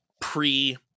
pre